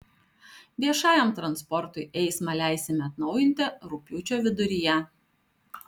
viešajam transportui eismą leisime atnaujinti rugpjūčio viduryje